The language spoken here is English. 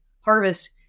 harvest